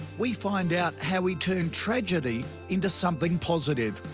we find out how we turn tragedy into something positive.